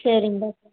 சரிங்க டாக்டர்